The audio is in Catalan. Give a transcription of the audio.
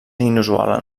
inusual